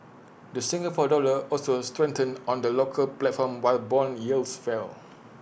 the Singapore dollar also strengthened on the local platform while Bond yields fell